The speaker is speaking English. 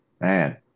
man